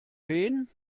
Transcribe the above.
wen